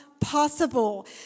possible